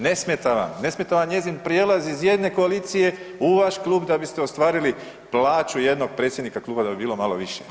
Ne smeta vam, ne smeta vam njezin prijelaz iz jedne koalicije u vaš klub da biste ostvarili plaću jednog predsjednika kluba, da bi bilo malo više.